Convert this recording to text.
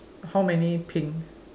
how many pink